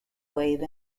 wave